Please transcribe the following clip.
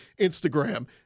Instagram